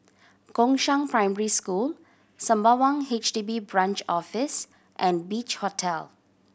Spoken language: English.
Gongshang Primary School Sembawang H D B Branch Office and Beach Hotel